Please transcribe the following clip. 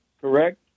correct